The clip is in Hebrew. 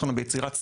ביצירת סטארט-אפים,